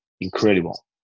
incredible